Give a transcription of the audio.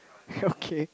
okay